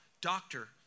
doctor